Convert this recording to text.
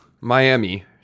Miami